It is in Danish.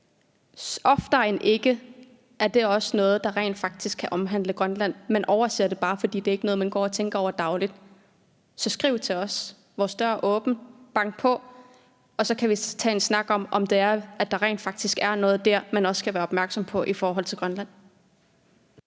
oftere end ikke sådan, at det også er noget, der rent faktisk kan omhandle Grønland. Man overser det bare, fordi det ikke er noget, man går og tænker over dagligt. Så skriv til os, vores dør er åben, bank på, og så kan vi tage en snak om, om der rent faktisk er noget der, man også skal være opmærksom på i forhold til Grønland.